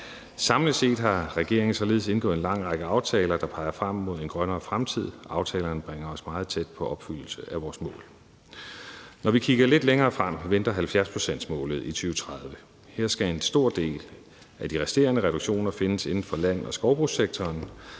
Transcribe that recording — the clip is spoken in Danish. Samlet set har regeringen således indgået en lang række aftaler, der peger frem mod en grønnere fremtid. Aftalerne bringer os meget tæt på opfyldelse af vores mål. Kl. 10:52 Når vi kigger lidt længere frem, venter 70-procentsmålet i 2030. Her skal en stor del af de resterende reduktioner findes inden for land- og skovbrugssektoren.